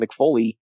McFoley